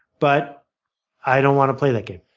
but i don't want to play that game.